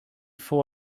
full